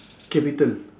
capital